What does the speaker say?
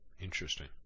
Interesting